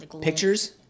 pictures